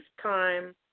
time